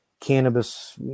cannabis